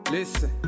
Listen